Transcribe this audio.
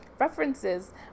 references